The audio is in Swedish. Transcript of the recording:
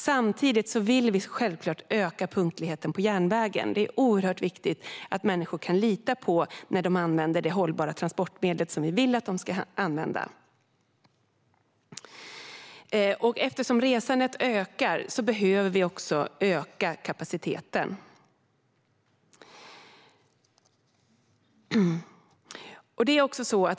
Samtidigt vill vi självklart förbättra punktligheten på järnvägen - det är oerhört viktigt att människor kan lita på det hållbara transportmedel som vi vill att de ska använda. Eftersom resandet ökar behöver vi också öka kapaciteten.